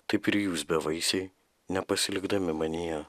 taip ir jūs bevaisiai nepasilikdami manyje